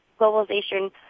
globalization